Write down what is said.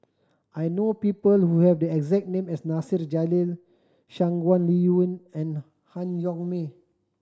I know people who have the exact name as Nasir Jalil Shangguan Liuyun and Han Yong May